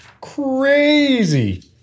crazy